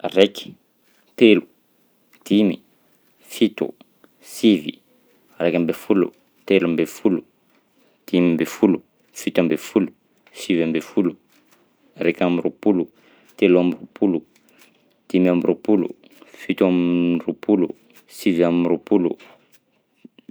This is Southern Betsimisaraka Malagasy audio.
Raika, telo, dimy, fito, sivy, raika amby folo, telo amby folo, dimy amby folo, fito amby folo, sivy amby folo, raika amby roapolo, telo amby roapolo, dimy amby roapolo, fito am'roapolo, sivy am'roapolo.